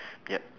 yup